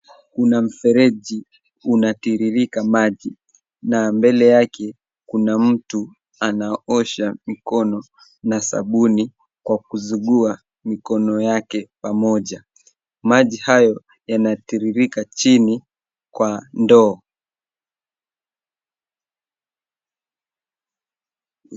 Kuna mfereji unatiririka maji na mbele yake kuna mtu anaosha mikono na sabuni kwa kuzugua mikono yake pamoja. Maji hayo yanatiririka chini kwa ndoo.